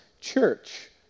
church